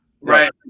right